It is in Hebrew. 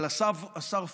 אבל השר פורר,